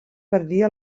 perdia